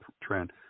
trend